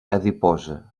adiposa